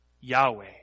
Yahweh